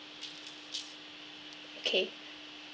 okay